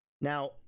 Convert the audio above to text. Now